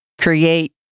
Create